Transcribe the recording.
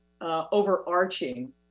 overarching